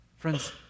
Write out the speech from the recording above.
Friends